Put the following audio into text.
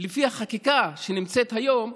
לפי החקיקה שנמצאת היום,